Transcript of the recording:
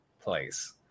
Place